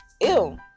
ew